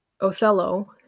Othello